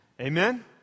Amen